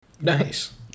Nice